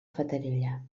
fatarella